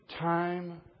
Time